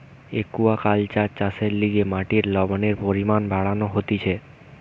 aquaculture চাষের লিগে মাটির লবণের পরিমান বাড়ানো হতিছে